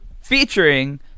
featuring